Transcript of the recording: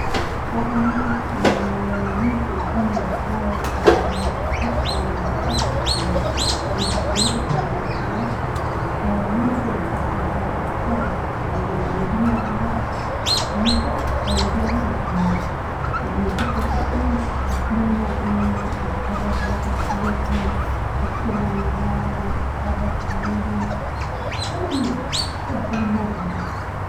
طبعا لو ممكن اني اتناول يعني اتعشى مع شخص من الشخصيات التاريخية ممكن اختار نبي الله عيسى او نبي الله محمد. يعني اكثر شخصين اتمنى اني اتعرف على شخصيتهم. اتكلم معاهم اتعرف عليهم. وكمان احبهم مرة يعني.